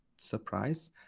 Surprise